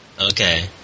Okay